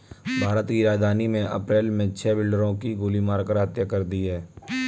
भारत की राजधानी में अप्रैल मे छह बिल्डरों की गोली मारकर हत्या कर दी है